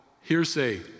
hearsay